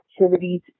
activities